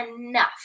enough